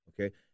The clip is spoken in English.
Okay